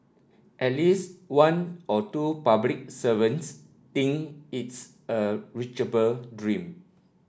at least one or two public servants think it's a reachable dream